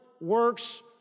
works